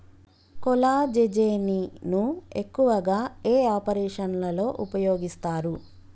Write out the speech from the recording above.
కొల్లాజెజేని ను ఎక్కువగా ఏ ఆపరేషన్లలో ఉపయోగిస్తారు?